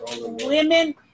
women